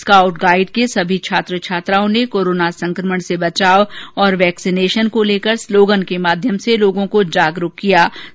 scout guide के सभी छात्र छात्राओं ने कोरोना संक्रमण से बचाव और वैक्सीनेशन को लेकर स्लोगन के माध्यम से लोगों को जागरुक करने का प्रयास किया